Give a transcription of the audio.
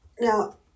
Now